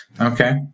Okay